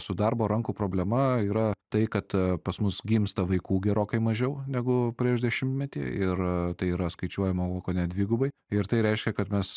su darbo rankų problema yra tai kad pas mus gimsta vaikų gerokai mažiau negu prieš dešimtmetį ir tai yra skaičiuojama au kone dvigubai ir tai reiškia kad mes